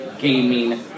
gaming